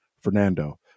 Fernando